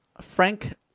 Frank